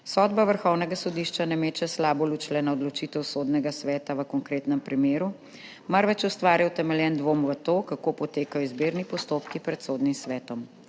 Sodba Vrhovnega sodišča ne meče slabo luč le na odločitev Sodnega sveta v konkretnem primeru, marveč ustvarja utemeljen dvom v to, kako potekajo izbirni postopki pred Sodnim svetom.